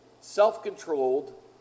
self-controlled